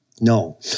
No